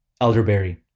elderberry